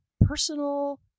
personal